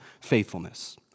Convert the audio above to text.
faithfulness